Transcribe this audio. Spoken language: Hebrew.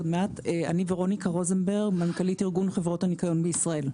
אני מנכ"לית ארגון חברות הניקיון בישראל.